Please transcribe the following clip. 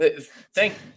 thank